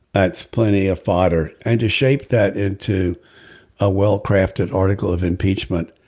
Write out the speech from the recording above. that's plenty of fodder and to shape that into a well crafted article of impeachment